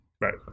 right